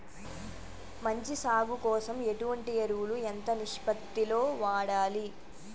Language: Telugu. మంచి సాగు కోసం ఎటువంటి ఎరువులు ఎంత నిష్పత్తి లో వాడాలి?